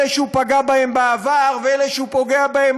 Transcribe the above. אלה שהוא פגע בהם בעבר ואלה שהוא פוגע בהם